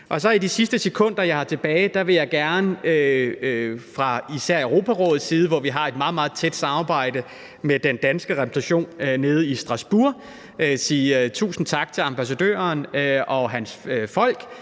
I de sidste sekunder, jeg har tilbage af min taletid, vil jeg gerne fra især Europarådets side, hvor vi har et meget, meget tæt samarbejde med den danske repræsentation nede i Strasbourg, sige tusind tak til ambassadøren og hans folk